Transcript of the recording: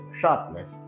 sharpness